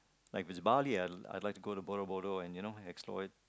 like if it's Bali I'll like to go Boroboro and you know explore it